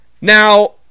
Now